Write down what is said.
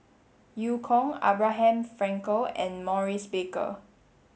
Eu Kong Abraham Frankel and Maurice Baker